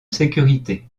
sécurité